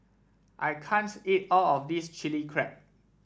I can't eat all of this Chili Crab